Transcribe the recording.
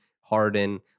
Harden